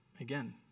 again